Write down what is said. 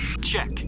Check